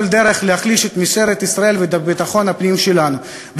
דרך להחליש את משטרת ישראל ואת ביטחון הפנים שלנו.